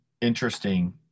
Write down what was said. interesting